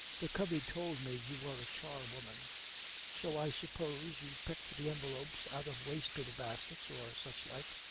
the covey told me you were a charwoman so i suppose you picked the envelopes out of waste-paper baskets, or such like,